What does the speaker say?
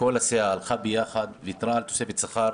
כל הסיעה הלכה ביחד, ויתרה על תוספת שכר.